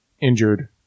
injured